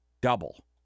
double